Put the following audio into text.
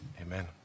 Amen